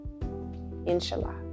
Inshallah